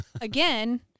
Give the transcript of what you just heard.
again